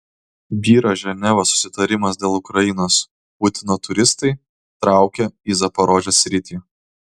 byra ženevos susitarimas dėl ukrainos putino turistai traukia į zaporožės sritį